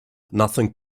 nothing